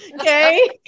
Okay